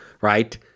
right